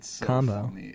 combo